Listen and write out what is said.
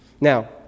Now